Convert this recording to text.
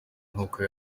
nkuko